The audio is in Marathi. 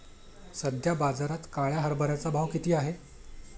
सध्या बाजारात काळ्या हरभऱ्याचा भाव किती आहे?